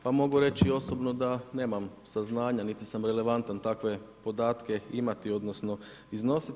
Pa mogu reći osobno da nemam saznanja, niti sam relevantan takve podatke imati, odnosno iznositi.